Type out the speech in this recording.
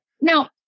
Now